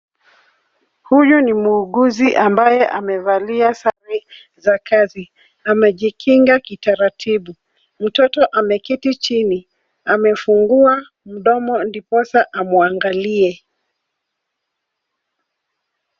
Huyu ni muuguzi ambaye amevalia sare za kazi amejikinga kitaratibu ,mtoto ameketi chini amefungua mdomo ndiposa amwangalie.